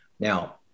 Now